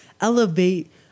elevate